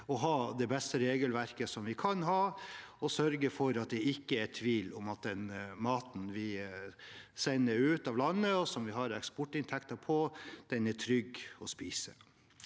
å ha det beste regelverket vi kan ha, og sørge for at det ikke er tvil om at den maten vi sender ut av landet, og som vi har eksportinntekter fra, er trygg å spise.